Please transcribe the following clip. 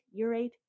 urate